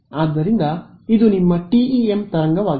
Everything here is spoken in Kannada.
ಆದ್ದರಿಂದ ಇದು ನಿಮ್ಮ TEM ತರಂಗವಾಗಿದೆ